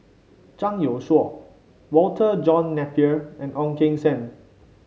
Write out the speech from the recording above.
Zhang Youshuo Walter John Napier and Ong Keng Sen